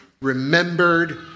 remembered